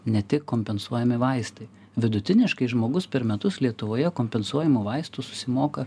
ne tik kompensuojami vaistai vidutiniškai žmogus per metus lietuvoje kompensuojamų vaistų susimoka